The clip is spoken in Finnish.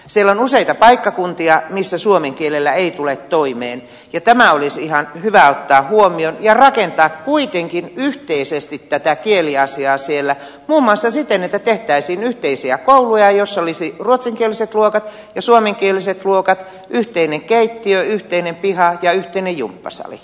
siellä on useita paikkakuntia missä suomen kielellä ei tule toimeen ja tämä olisi ihan hyvä ottaa huomioon ja rakentaa kuitenkin yhteisesti tätä kieliasiaa siellä muun muassa siten että tehtäisiin yhteisiä kouluja joissa olisi ruotsinkieliset luokat ja suomenkieliset luokat yhteinen keittiö yhteinen piha ja yhteinen jumppasali